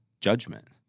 judgment